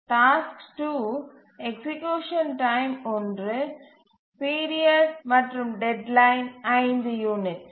task 2 execution time 1 மற்றும் period மற்றும் deadline 5 units